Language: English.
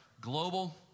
global